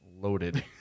loaded